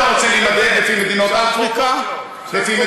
שמי שיפתח את עמוד הפייסבוק שלו,